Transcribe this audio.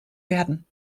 werden